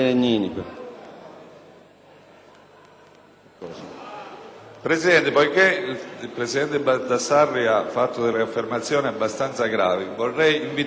Presidente, poiché il senatore Baldassarri ha fatto delle affermazioni abbastanza gravi, vorrei invitarlo, per rispetto della verità dei fatti,